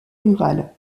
rural